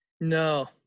No